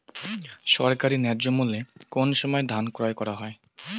সরকারি ন্যায্য মূল্যে কোন সময় ধান ক্রয় করা হয়?